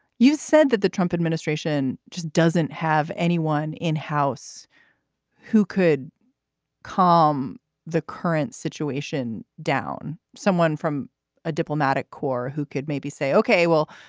you said that the trump administration just doesn't have anyone in house who could calm the current situation down. someone from a diplomatic corps who could maybe say, ok, well,